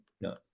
no